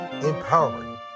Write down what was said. empowering